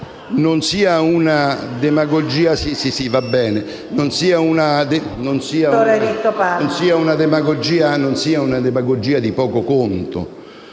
non sia una demagogia di poco conto,